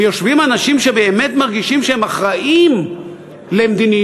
ויושבים אנשים שבאמת מרגישים שהם אחראים למדיניות,